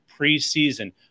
preseason